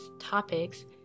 topics